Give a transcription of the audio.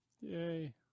Yay